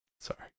Sorry